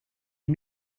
des